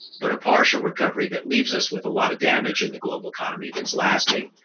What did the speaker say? but a partial recovery that leaves us with a lot of damage in the global economy that's lasting.